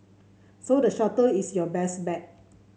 so the shuttle is your best bet